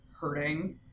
hurting